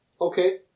Okay